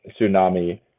tsunami